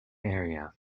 area